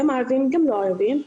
גם הערביים וגם לא ערביים,